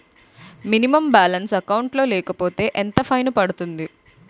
Minimum balance account లో లేకపోతే ఎంత ఫైన్ పడుతుంది?